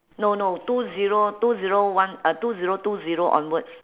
no no two zero two zero one ah two zero two zero onwards